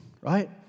right